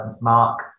Mark